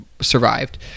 survived